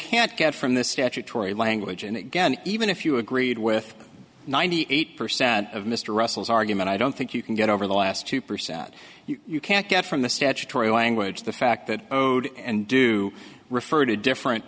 can't get from the statutory language and again even if you agreed with ninety eight percent of mr russell's argument i don't think you can get over the last two percent you can't get from the statutory language the fact that oed and do refer to different